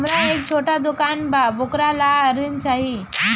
हमरा एक छोटा दुकान बा वोकरा ला ऋण चाही?